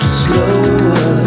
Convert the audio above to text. slower